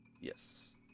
Yes